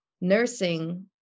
nursing